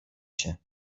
się